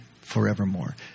forevermore